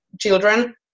children